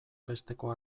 besteko